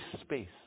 space